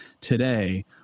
Today